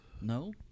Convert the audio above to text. No